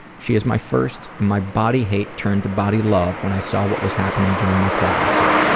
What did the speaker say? she is my first, and my body hate turned to body love when i saw what was happening during my pregnancy.